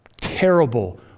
terrible